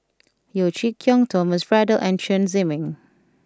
Yeo Chee Kiong Thomas Braddell and Chen Zhiming